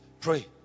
Pray